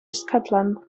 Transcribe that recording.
scotland